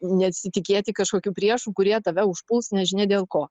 nesitikėti kažkokių priešų kurie tave užpuls nežinia dėl ko